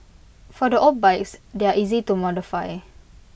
for the old bikes they're easy to modify